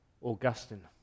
Augustine